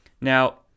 Now